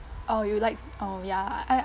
oh you like oh ya I